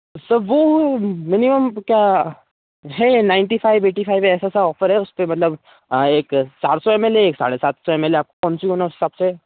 sir वो minimum का है नाइंटीन फाइव एटी फाइव ऐसा ऐसा ऑफर है उस पर मतलब एक चार सौ एम एल है एक साढ़े सात सौ एम एल है आपको कौन सी वाली सात सौ